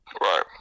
Right